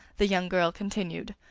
the young girl continued.